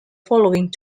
following